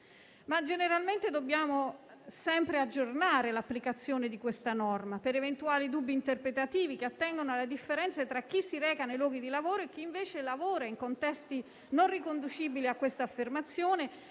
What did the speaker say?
*green* *pass*. Dobbiamo sempre aggiornare l'applicazione della norma per eventuali dubbi interpretativi che attengono alla differenza tra chi si reca nei luoghi di lavoro e chi invece lavora in contesti non riconducibili a questa affermazione,